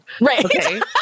Right